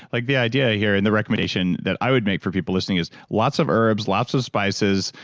like the idea here, and the recommendation that i would make for people listening is lots of herbs, lots of spices,